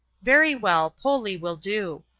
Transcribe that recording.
very well, polli will do.